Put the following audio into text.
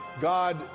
God